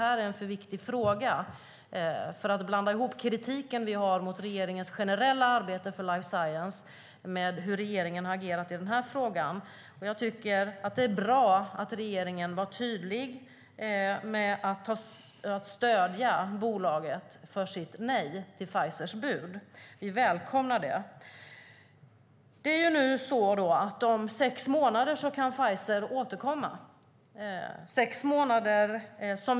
Jag ville inte blanda in det i den tidigare debatten om den oroande utvecklingen för life science eftersom det här är en för viktig fråga för att blanda ihop vår kritik mot regeringens generella arbete för life science med hur regeringen har agerat i den här frågan. Om sex månader kan Pfizer återkomma.